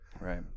Right